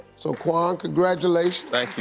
so, quan, congratulation. thank